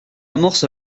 amorce